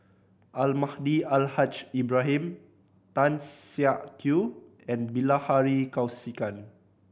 Almahdi Al Haj Ibrahim Tan Siak Kew and Bilahari Kausikan